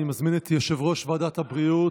אני מזמין את יושב-ראש ועדת הבריאות,